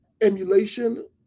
emulation